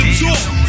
talk